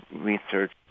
research